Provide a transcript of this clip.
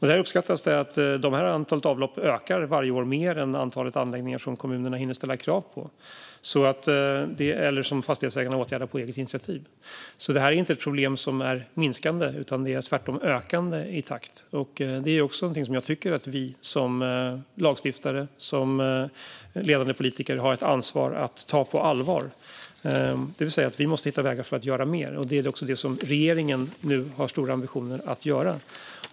Det uppskattas att antalet sådana avlopp varje år ökar mer än antalet anläggningar som kommunerna hinner ställa krav på eller som fastighetsägarna åtgärdar på eget initiativ. Detta är alltså inte ett problem som minskar, utan tvärtom ökar det i takt. Det är också någonting som jag tycker att vi som lagstiftare och ledande politiker har ett ansvar att ta på allvar. Vi måste hitta vägar för att göra mer. Det är också det som regeringen nu har stora ambitioner att göra.